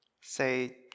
Say